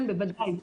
כן, בוודאי.